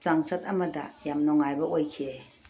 ꯆꯥꯡꯆꯠ ꯑꯃꯗ ꯌꯥꯝ ꯅꯨꯡꯉꯥꯏꯕ ꯑꯣꯏꯈꯤ